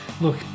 look